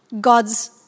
God's